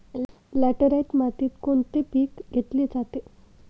Laterite मातीत कोणते पीक घेतले जाते?